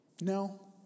No